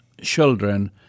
children